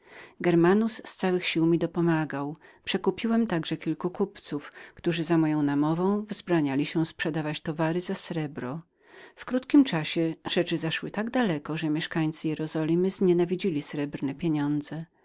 germanus z całych sił mi dopomagał przekupiłem także kilku kupców którzy za moją namową wzbraniali się sprzedawać towarów za srebro w krótkim czasie rzeczy do tego doszły stopnia że mieszkańcy jerozolimy znienawidzili srebrne pieniądze